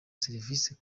serivise